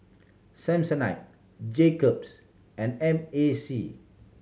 Samsonite Jacob's and M A C